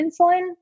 insulin